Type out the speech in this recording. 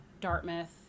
Dartmouth